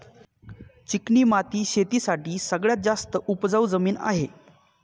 चिकणी माती शेती साठी सगळ्यात जास्त उपजाऊ जमीन आहे